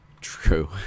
true